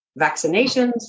Vaccinations